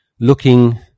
looking